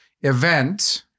event